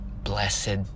blessed